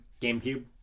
GameCube